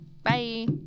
Bye